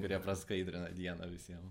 kurie praskaidrina dieną visiem